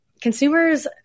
Consumers